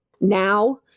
now